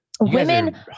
Women